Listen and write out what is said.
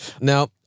Now